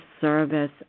service